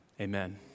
Amen